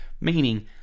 meaning